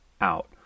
out